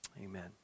Amen